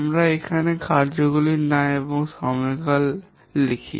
আমরা এখানে কার্যগুলির নাম এবং সময়কাল লিখি